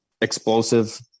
explosive